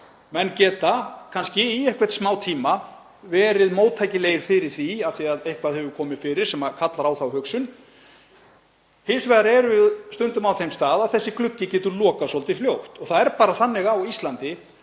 Menn geta kannski í einhvern smá tíma verið móttækilegir fyrir því af því að eitthvað hefur komið fyrir sem kallar á þá hugsun. Hins vegar erum við stundum á þeim stað að þessi gluggi getur lokast svolítið fljótt. Það er bara þannig á Íslandi